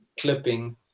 clipping